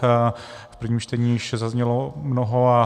V prvním čtení již zaznělo mnoho.